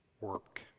work